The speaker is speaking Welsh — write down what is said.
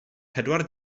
pedwar